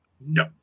No